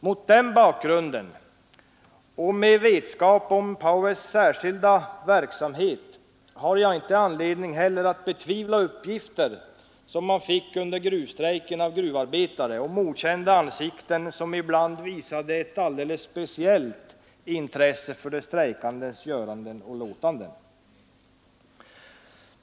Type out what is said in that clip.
Mot den bakgrunden och med vetskap om Paues” särskilda verksamhet har jag inte anledning att betvivla uppgifter som jag fick under gruvstrejken av gruvarbetare om okända ansikten som ibland visade ett alldeles speciellt intresse för de strejkandes göranden och låtanden.